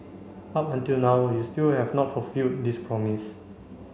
up until now you still have not fulfilled this promise